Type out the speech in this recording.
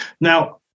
Now